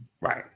Right